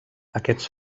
aquests